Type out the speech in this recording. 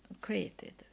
created